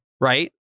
right